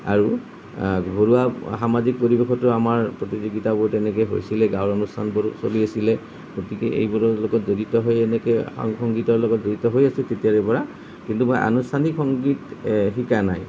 আৰু ঘৰুৱা সামাজিক পৰিৱেশতো আমাৰ প্ৰতিযোগিতাবোৰ তেনেকে হৈছিলে গাঁৱৰ অনুষ্ঠানবোৰো চলি আছিলে গতিকে এইবোৰৰ লগত জড়িত হৈ এনেকে সংগীতৰ লগত জড়িত হৈ আছোঁ তেতিয়াৰে পৰা কিন্তু মই আনুষ্ঠানিক সংগীত শিকা নাই